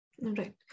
Right